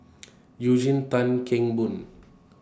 Eugene Tan Kheng Boon